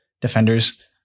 defenders